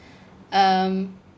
um